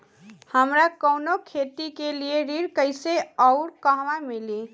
हमरा कवनो खेती के लिये ऋण कइसे अउर कहवा मिली?